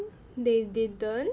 they didn't